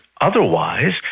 otherwise